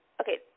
okay